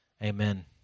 Amen